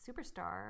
superstar